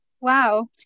Wow